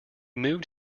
moved